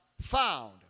found